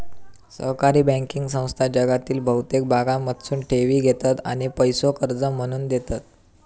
सहकारी बँकिंग संस्था जगातील बहुतेक भागांमधसून ठेवी घेतत आणि पैसो कर्ज म्हणून देतत